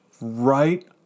right